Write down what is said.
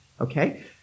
Okay